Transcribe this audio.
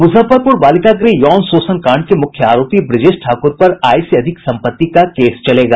मुजफ्फरपुर बालिका गृह यौन शोषण कांड के मुख्य आरोपी ब्रजेश ठाकुर पर आय से अधिक संपत्ति का केस चलेगा